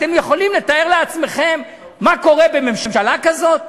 אתם יכולים לתאר לעצמכם מה קורה בממשלה כזאת?